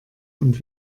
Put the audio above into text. und